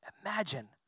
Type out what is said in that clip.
Imagine